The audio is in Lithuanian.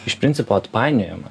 iš principo atpainiojama